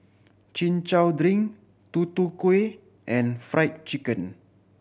Chin Chow drink Tutu Kueh and Fried Chicken